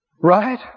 right